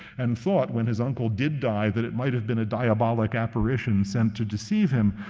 and thought, when his uncle did die, that it might have been a diabolic apparition sent to deceive him.